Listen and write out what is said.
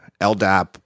LDAP